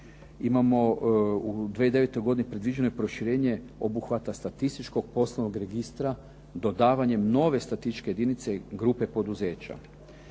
Imamo u 2009. godini predviđeno i proširenje obuhvata statističkog poslovnog registra dodavanjem nove statističke jedinice, grupe poduzeća.